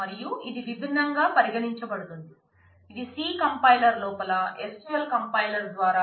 మరియు ఇది విభిన్నంగా పరిగణించబడుతుంది ఇది C కంపైలర్ లు ఉన్నాయి